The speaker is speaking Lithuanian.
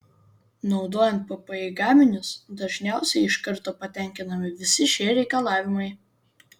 naudojant ppi gaminius dažniausiai iš karto patenkinami visi šie reikalavimai